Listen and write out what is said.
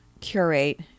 curate